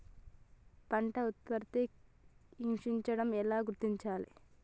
పంట ఉత్పత్తి క్షీణించడం ఎలా గుర్తించాలి?